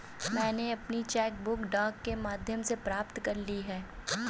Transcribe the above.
मैनें अपनी cheque book डाक के माध्यम से प्राप्त कर ली है